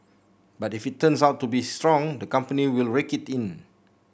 but if it turns out to be strong the company will rake it in